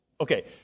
Okay